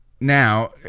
now